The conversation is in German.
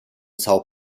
são